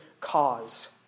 cause